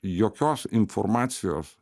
jokios informacijos